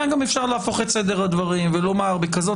היה גם אפשר להפוך את סדר הדברים ולומר שבכזאת